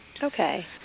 Okay